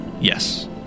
Yes